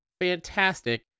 fantastic